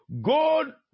God